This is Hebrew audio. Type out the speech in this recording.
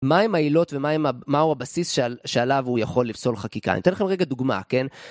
מהם העילות ומהו הבסיס שעליו הוא יכול לפסול חקיקה? אני אתן לכם רגע דוגמא, כן?